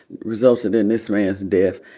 resulted in this man's death,